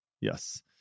Yes